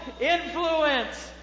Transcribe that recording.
influence